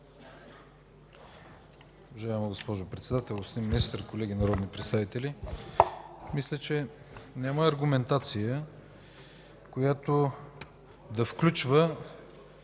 Уважаема госпожо Председател, господин Министър, колеги народни представители! Мисля, че няма аргументация, която да включва